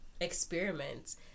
experiments